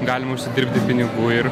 galima užsidirbti pinigų ir